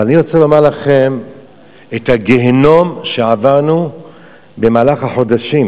אבל אני רוצה לומר לכם את הגיהינום שעברנו במהלך החודשים.